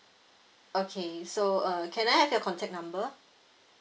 okay so uh can I have your contact number